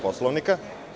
Poslovnika.